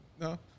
No